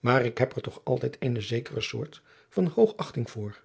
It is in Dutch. maar ik heb er toch altijd eene zekere soort van hoogachting voor